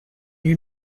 nuit